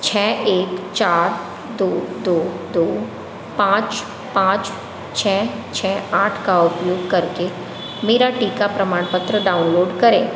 छः एक चार दो दो दो पाँच पाँच छः छः आठ का उपयोग करके मेरा टीका प्रमाणपत्र डाउनलोड करें